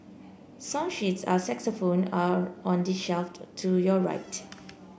song sheets are saxophone are on the shelf to your right